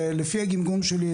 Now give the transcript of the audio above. ולפי הגמגום שלי,